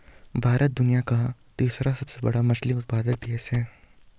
भारत दुनिया का तीसरा सबसे बड़ा मछली उत्पादक देश है